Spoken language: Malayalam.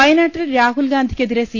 വയനാട്ടിൽ രാഹുൽഗാന്ധിക്കെതിരെ സി